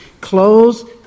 clothes